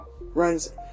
runs